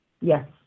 Yes